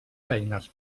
feines